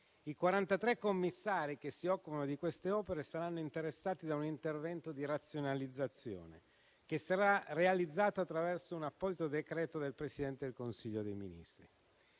commissari che si occupano di queste opere saranno interessati da un intervento di razionalizzazione, che sarà realizzato attraverso un apposito decreto del Presidente del Consiglio dei ministri.